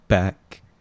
back